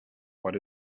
what